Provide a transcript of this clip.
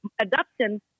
Adoption